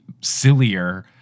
sillier